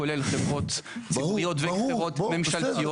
כולל חברות ציבוריות חברות ממשלתיות,